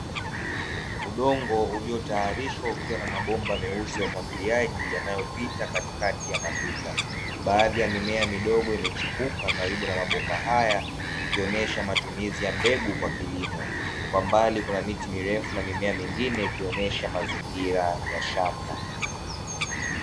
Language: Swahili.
Udongo uliyotayarishwa ukiwa na mabomba meusi ya umwagiliaji yanayopita katikati ya matuta. Baadhi ya mimea midogo imechipuka karibu na mabomba haya ikionyesha matumizi ya mbegu kwa kilimo, kwa mbali kuna miti mirefu na mimea mingine ikionyesha mazingira ya shamba.